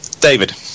David